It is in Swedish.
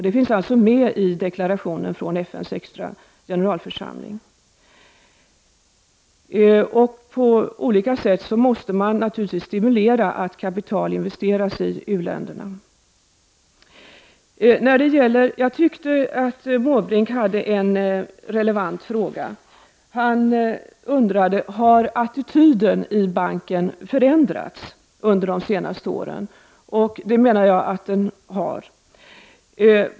Det finns alltså med i deklarationen från FN:s extra generalförsamling. På olika sätt måste man naturligtvis stimulera att kapital investeras i u-länderna. Jag tyckte att Bertil Måbrink hade en relevant fråga. Han undrade om attityden i banken har förändrats under de senaste åren. Det menar jag att den har.